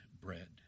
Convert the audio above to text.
bread